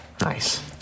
Nice